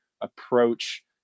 approach